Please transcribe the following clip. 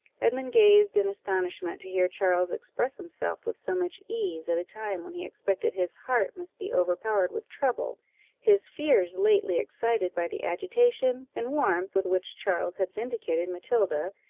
edmund gazed in astonishment to hear charles express himself with so much ease, at a time when he expected his heart must be overpowered with trouble his fears lately excited by the agitation and warmth with which charles had vindicated matilda,